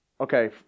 Okay